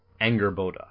Angerboda